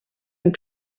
and